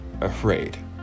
afraid